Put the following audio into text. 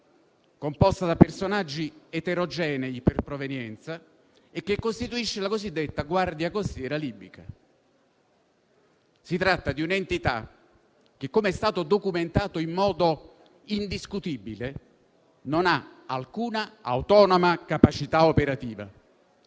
composta da personaggi eterogenei per provenienza, che costituisce la cosiddetta guardia costiera libica. Si tratta di un'entità che, come è stato documentato in modo indiscutibile, non ha alcuna autonoma capacità operativa;